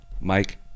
Mike